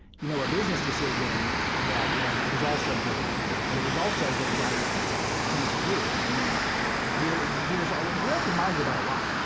you know, a business decision that was it was also very clear. but it was also the right thing to do. we there's there's we're open-minded about a lot,